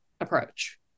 approach